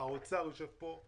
האוצר יושב כאן,